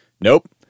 nope